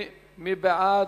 מי בעד?